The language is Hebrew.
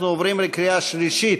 אנחנו עוברים לקריאה שלישית.